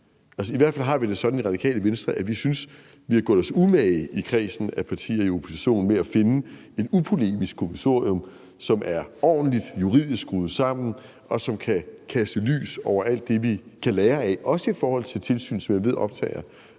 I hvert fald har vi det sådan i Radikale Venstre, at vi synes, at vi har gjort os umage i kredsen af partier i oppositionen med at finde et upolemisk kommissorium, som er ordentligt skruet sammen juridisk, og som kan kaste lys over alt det, vi kan lære af, også i forhold til tilsyn, som jeg ved optager